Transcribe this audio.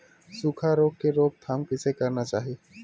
सुखा रोग के रोकथाम कइसे करना चाही?